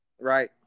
Right